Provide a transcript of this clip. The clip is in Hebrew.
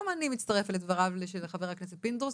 אני מצטרפת לדבריו של חבר הכנסת יצחק פינדרוס,